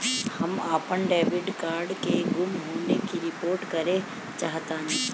हम अपन debit card के गुम होने की रिपोर्ट करे चाहतानी